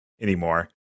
anymore